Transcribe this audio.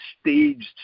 staged